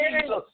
Jesus